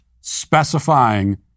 specifying